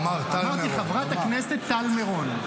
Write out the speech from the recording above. אמרתי חברת הכנסת טל מירון.